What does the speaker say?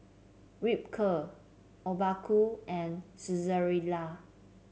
Ripcurl Obaku and Saizeriya